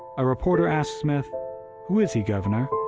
a reporter asked smith who is he, governor.